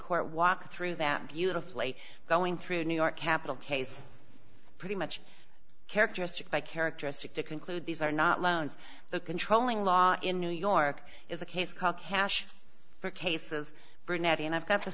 court walk through that beautifully going through new york capital case pretty much characteristic by characteristic to conclude these are not loans the controlling law in new york is a case called cash for cases brunetti and i've got